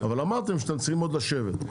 אבל אמרתם שאתם צריכים עוד לשבת.